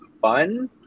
fun